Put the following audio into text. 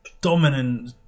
dominant